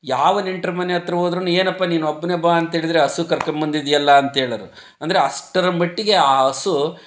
ಯಾವ ನೆಂಟರ ಮನೆ ಹತ್ತಿರ ಹೋದ್ರು ಏನಪ್ಪ ನೀನು ಒಬ್ಬನೆ ಬಾ ಅಂತೇಳಿದರೆ ಹಸು ಕರ್ಕೊಂಬಂದಿದ್ಯಲ್ಲ ಅಂತ ಹೇಳೋರು ಅಂದರೆ ಅಷ್ಟರ ಮಟ್ಟಿಗೆ ಆ ಹಸು